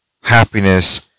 happiness